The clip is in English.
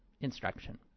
instruction